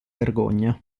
vergogna